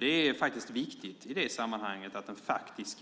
Det är i det sammanhanget viktigt